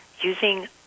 using